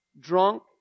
drunk